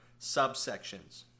subsections